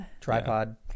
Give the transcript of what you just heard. tripod